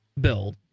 build